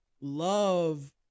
love